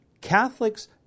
Catholics